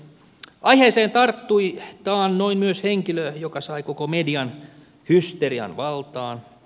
aiheeseen tarttui taannoin myös henkilö joka sai koko median hysterian valtaan